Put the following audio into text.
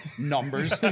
numbers